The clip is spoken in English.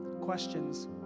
questions